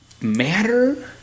matter